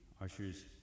ushers